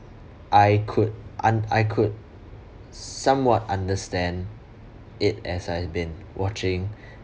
I could un~ I could somewhat understand it as I have been watching